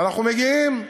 ואנחנו מגיעים.